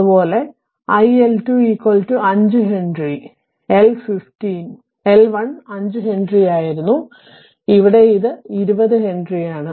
അതുപോലെ iL2 5 Henry L1 5 ഹെൻറിയായിരുന്നു ഇവിടെ ഇത് 20 ഹെൻറിയാണ്